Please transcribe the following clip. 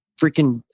freaking